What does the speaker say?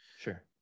sure